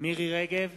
מירי רגב,